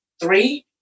three